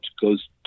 goes